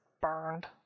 burned